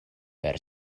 per